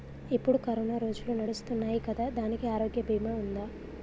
ఇప్పుడు కరోనా రోజులు నడుస్తున్నాయి కదా, దానికి ఆరోగ్య బీమా ఉందా?